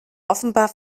offenbar